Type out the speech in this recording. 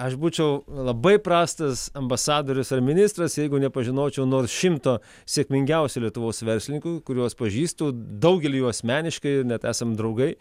aš būčiau labai prastas ambasadorius ar ministras jeigu nepažinočiau nors šimto sėkmingiausių lietuvos verslininkų kuriuos pažįstu daugelį jų asmeniškai net esam draugai